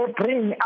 bring